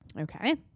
Okay